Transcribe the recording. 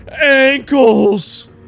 ankles